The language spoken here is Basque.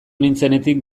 nintzenetik